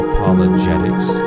Apologetics